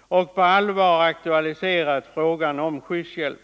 och på allvar aktualiserat krav på skyddshjälm.